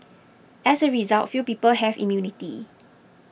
as a result few people have immunity